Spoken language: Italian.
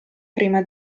prima